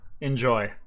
Enjoy